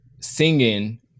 singing